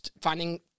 finding